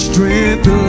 Strength